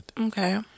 Okay